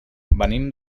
venim